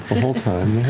whole time.